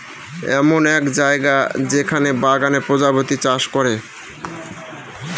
এমন এক জায়গা যেখানে বাগানে প্রজাপতি চাষ করে